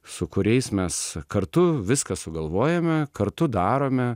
su kuriais mes kartu viską sugalvojome kartu darome